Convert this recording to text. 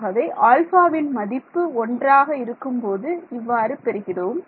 ஆகவே ஆல்பாவின் மதிப்பு ஒன்றாக இருக்கும்போது இவ்வாறு பெறுகிறோம்